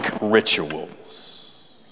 rituals